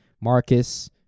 Marcus